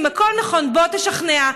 אם הכול נכון, בוא תשכנע.